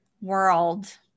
World